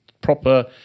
proper